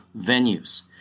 venues